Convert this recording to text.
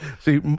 See